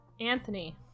Anthony